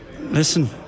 listen